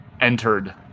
entered